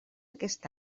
aquest